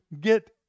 get